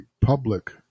public